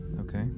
Okay